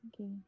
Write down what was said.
okay